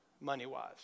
money-wise